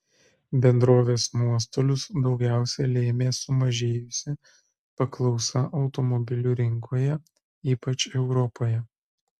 bendrovės nuostolius daugiausiai lėmė sumažėjusi paklausa automobilių rinkoje ypač europoje